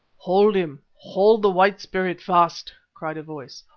hold him! hold the white spirit fast! cried a voice.